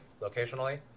locationally